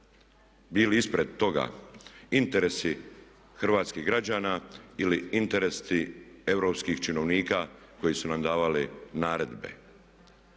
bili ispred toga interesi hrvatskih građana ili interesi europskih činovnika koji su nam davali naredbe?